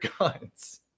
guns